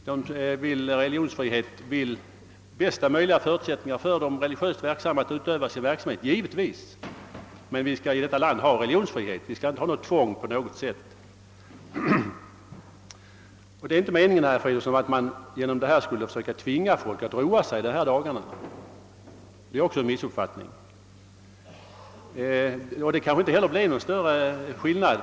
De som ivrar för religionsfrihet vill skapa bästa möjliga förutsättningar för de religiöst verksamma att utöva sin verksamhet, men det skall råda religionsfrihet — vi skall inte ha tvång på något sätt! Det är också en missuppfattning, herr Fridolfsson, att det är meningen att tvinga folk att roa sig dessa dagar. En ändring medför nog inte heller någon större skillnad.